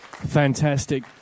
Fantastic